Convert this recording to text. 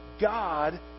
God